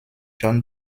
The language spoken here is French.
john